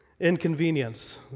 Inconvenience